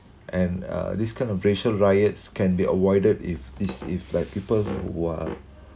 and uh this kind of racial riots can be avoided if this if like people who are